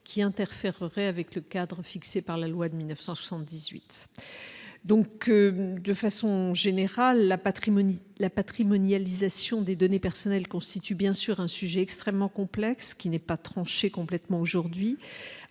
qui interfèrent avec le cadre fixé par la loi de 1978 donc, de façon générale la la patrimonial disent Sion des données personnelles constituent bien sûr un sujet extrêmement complexe qui n'est pas tranchée complètement aujourd'hui